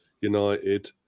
United